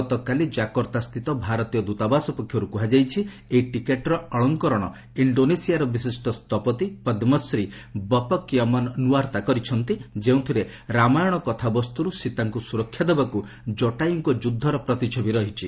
ଗତକାଲି ଜକର୍ତ୍ତା ସ୍ଥିତ ଭାରତୀୟ ଦୂତାବାସ ପକ୍ଷରୁ କୁହାଯାଇଛି ଏହି ଟିକେଟ୍ର ଅଳଂକରଣ ଇଷ୍ଡୋନେସିଆର ବିଶିଷ୍ଟ ସ୍ଥପତି ପଦ୍ମଶ୍ରୀ ବପକ୍ ୟମନ୍ ନୂଆର୍ତା କରିଛନ୍ତି ଯେଉଁଥିରେ ରାମାୟଣ କଥାବସ୍ତୁରୁ ସୀତାଙ୍କୁ ସୁରକ୍ଷା ଦେବାକୁ ଜଟାୟୁଙ୍କ ଯୁଦ୍ଧର ପ୍ରତିଛବି ରହିଛି